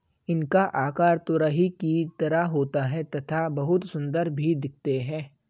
इनका आकार तुरही की तरह होता है तथा बहुत सुंदर भी दिखते है